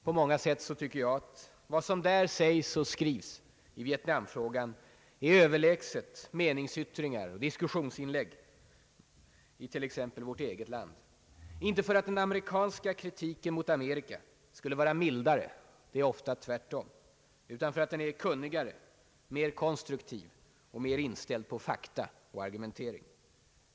På många sätt tycker jag att vad som där sägs och skrivs i vietnamfrågan är överlägset meningsyttringar och diskussionsinlägg i t.ex. vårt eget land. Inte för att den amerikanska kritiken mot Amerika skulle vara mildare — det är ofta tvärtom — utan för att den är kunnigare, mer konstruktiv och mer inställd på fakta och argumentering.